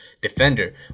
defender